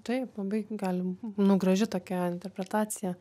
taip pabaigti galim nu graži tokia interpretacija